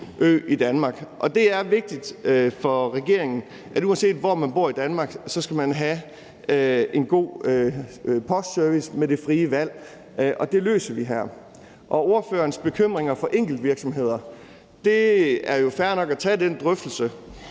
Det er vigtigt for regeringen, at uanset hvor man bor i Danmark, skal man have en god postservice med det frie valg, og det løser vi her. I forhold til ordførerens bekymringer for enkeltvirksomheder er det jo fair nok at tage den drøftelse,